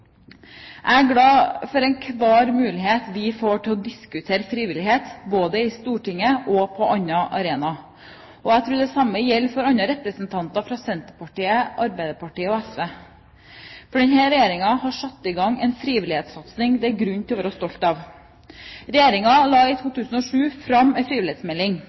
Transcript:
Jeg er glad for enhver mulighet vi får til å diskutere frivillighet, både i Stortinget og på andre arenaer. Jeg tror det samme gjelder for andre representanter fra Senterpartiet, Arbeiderpartiet og SV. For denne regjeringen har satt i gang en frivillighetssatsing det er grunn til å være stolt av. Regjeringen la i 2007 fram en frivillighetsmelding.